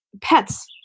Pets